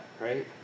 right